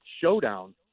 showdown